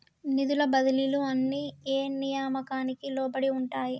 నిధుల బదిలీలు అన్ని ఏ నియామకానికి లోబడి ఉంటాయి?